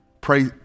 pray